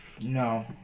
No